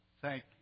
Thank